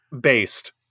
based